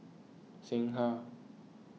Singha